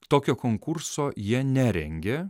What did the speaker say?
tokio konkurso jie nerengia